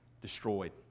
destroyed